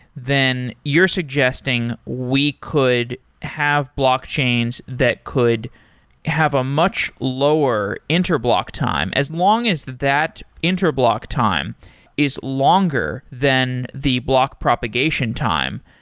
then you're suggesting we could have blockchains that could have a much lower interblock time. as long as that interblock time is longer than the block propagation time,